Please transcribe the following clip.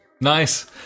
Nice